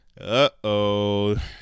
Uh-oh